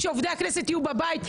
שעובדי הכנסת יהיו בבית.